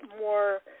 more